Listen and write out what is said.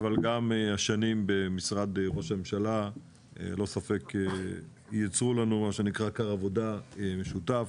אבל גם השנים במשרד ראש הממשלה ללא ספק ייצרו לנו כר עבודה משותף.